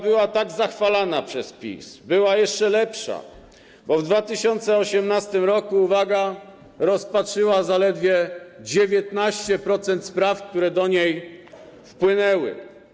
Była tak zachwalana przez PiS, a była jeszcze lepsza, bo w 2018 r. - uwaga - rozpatrzyła zaledwie 19% spośród spraw, które do niej wpłynęły.